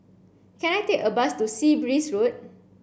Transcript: can I take a bus to Sea Breeze Road